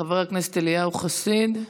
חבר הכנסת אליהו חסיד.